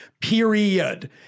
period